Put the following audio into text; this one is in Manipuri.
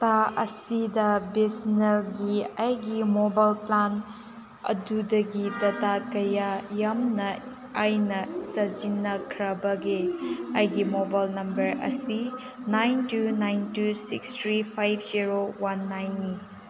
ꯊꯥ ꯑꯁꯤꯗ ꯕꯤ ꯑꯦꯁ ꯑꯦꯟ ꯑꯦꯜꯒꯤ ꯑꯩꯒꯤ ꯃꯣꯕꯥꯥꯏꯜ ꯄ꯭ꯂꯥꯟ ꯑꯗꯨꯗꯒꯤ ꯗꯇꯥ ꯀꯌꯥ ꯌꯥꯝꯅ ꯑꯩꯅ ꯁꯤꯖꯤꯟꯅꯈ꯭ꯔꯕꯒꯦ ꯑꯩꯒꯤ ꯃꯣꯕꯥꯏꯜ ꯅꯝꯕꯔ ꯑꯁꯤ nine two nine two six three five zero one ꯅꯥꯏꯟꯅꯤ